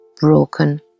Broken